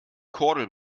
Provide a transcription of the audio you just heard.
kordel